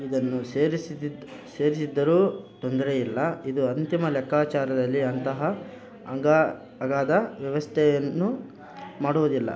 ಇದನ್ನು ಸೇರಿಸಿದಿದ್ ಸೇರಿಸಿದ್ದರೂ ತೊಂದರೆಯಿಲ್ಲಇದು ಅಂತಿಮ ಲೆಕ್ಕಾಚಾರದಲ್ಲಿ ಅಂತಹ ಅಂಗ ಅಗಾಧ ವ್ಯವಸ್ಥೆಯನ್ನು ಮಾಡುವುದಿಲ್ಲ